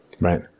right